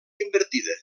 invertida